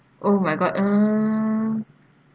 oh my god uh